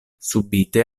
subite